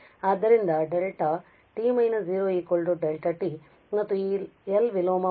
ಆದ್ದರಿಂದ δ t − 0 δ ಮತ್ತು ಈ L ವಿಲೋಮ 1 s ಅಂದರೆ 1 ಆಗಿದೆ